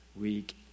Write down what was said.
week